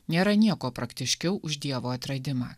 nėra nieko praktiškiau už dievo atradimą